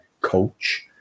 coach